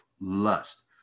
lust